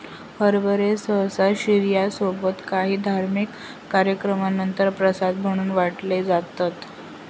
हरभरे सहसा शिर्या सोबत काही धार्मिक कार्यक्रमानंतर प्रसाद म्हणून वाटले जातात